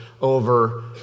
over